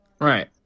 Right